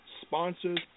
sponsors